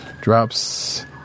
drops